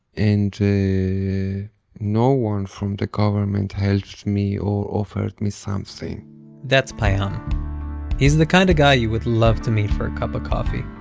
and no one from the government helped me or offered me something that's payam he's the kind of guy you would love to meet for a cup of coffee.